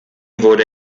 wurde